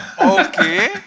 Okay